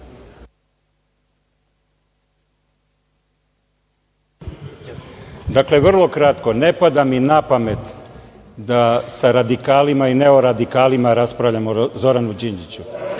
Vrlo kratko. Ne pada mi na pamet da sa radikalima i neoradikalima raspravljam o Zoranu Đinđiću.